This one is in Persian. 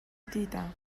دیدم